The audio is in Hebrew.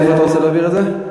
לאיפה אתה רוצה להעביר את זה?